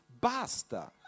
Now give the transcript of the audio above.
basta